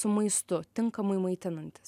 su maistu tinkamai maitinantis